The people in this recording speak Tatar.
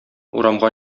урамга